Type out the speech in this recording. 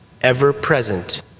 ever-present